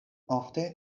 ofte